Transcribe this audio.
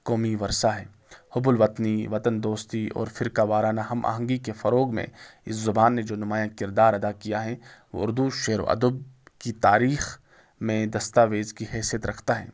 قومی ورثہ ہے حب الوطنی وطن دوستی اور فرقہ وارانہ ہم آہنگی کے فروغ میں اس زبان نے جو نمایاں کردار ادا کیا ہے وہ اردو شعر و ادب کی تاریخ میں دستاویز کی حیثیت رکھتا ہیں